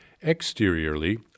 Exteriorly